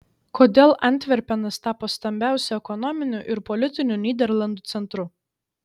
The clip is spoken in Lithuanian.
kodėl antverpenas tapo stambiausiu ekonominiu ir politiniu nyderlandų centru